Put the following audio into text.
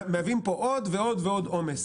מהווים פה עוד ועוד עומס.